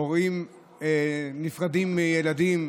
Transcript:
הורים נפרדים מילדים,